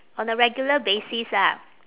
on a regular basis ah